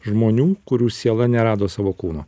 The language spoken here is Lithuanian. žmonių kurių siela nerado savo kūno